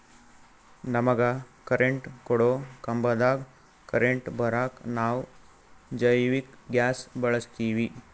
ನಮಗ ಕರೆಂಟ್ ಕೊಡೊ ಕಂಬದಾಗ್ ಕರೆಂಟ್ ಬರಾಕ್ ನಾವ್ ಜೈವಿಕ್ ಗ್ಯಾಸ್ ಬಳಸ್ತೀವಿ